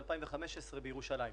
ב-2015 בירושלים.